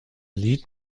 lied